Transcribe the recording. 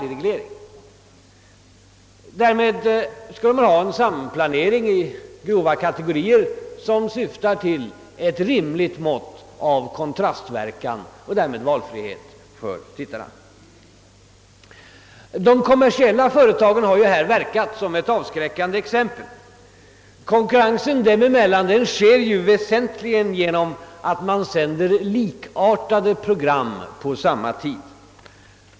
Däremot skulle man ha en samplanering i grova kategorier, som syftar till att åstadkomma ett rimligt mått av kontrastverkan och därmed valfrihet för tittarna. De kommersiella företagen har verkat som avskräckande exempel. Konkurrensen dem emellan sker väsentligen på det sättet att man sänder likartade program på samma tid.